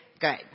Good